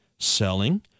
Selling